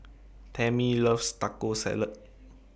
Tammy loves Taco Salad